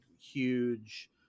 huge